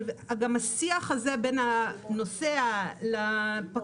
גם השיח הזה בין הנוסע לפקח,